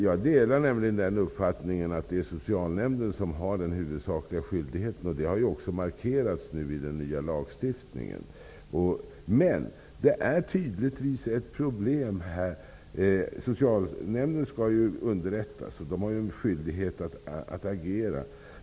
Jag delar nämligen uppfattningen att det är socialnämnden som har den huvudsakliga skyldigheten att ingripa, vilket också har markerats i den nya lagstiftningen. Det finns tydligen ett problem här. Socialnämnden skall ju underrättas och har skyldighet att agera.